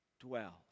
dwells